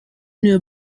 new